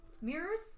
mirrors